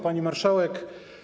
Pani Marszałek!